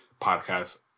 podcast